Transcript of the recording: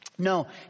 No